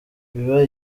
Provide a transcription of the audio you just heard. bibe